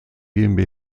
gmbh